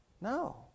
No